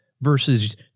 versus